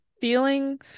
feeling